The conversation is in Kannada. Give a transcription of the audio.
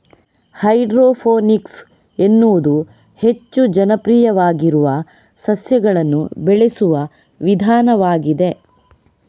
ಹೈಡ್ರೋಫೋನಿಕ್ಸ್ ಎನ್ನುವುದು ಹೆಚ್ಚು ಜನಪ್ರಿಯವಾಗಿರುವ ಸಸ್ಯಗಳನ್ನು ಬೆಳೆಸುವ ವಿಧಾನವಾಗಿದೆ